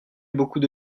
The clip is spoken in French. beaucoup